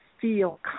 feel